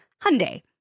Hyundai